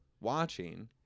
watching